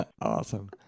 Awesome